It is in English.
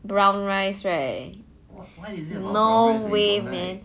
brown rice right no way man